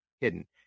hidden